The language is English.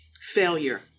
failure